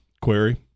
Query